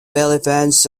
elephants